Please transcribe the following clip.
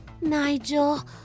Nigel